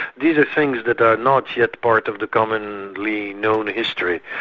these are things that are not yet part of the commonly known history,